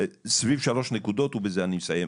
סביב 3 נקודות ובזה אני אסיים.